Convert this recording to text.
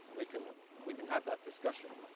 we can we can have that discussion,